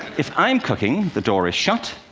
if i'm cooking, the door is shut,